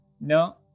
no